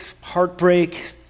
heartbreak